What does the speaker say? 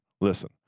listen